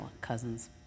cousins